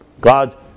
God